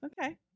Okay